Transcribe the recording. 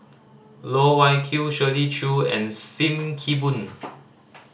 Loh Wai Kiew Shirley Chew and Sim Kee Boon